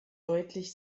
deutlich